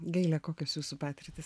gaile kokios jūsų patirtys